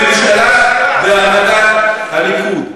בממשלה בהנהגת הליכוד.